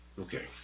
Okay